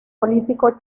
político